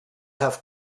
have